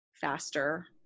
faster